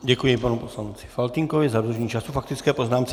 Děkuji panu poslanci Faltýnkovi za dodržení času k faktické poznámce.